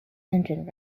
engine